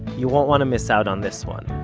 you won't want to miss out on this one,